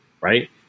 Right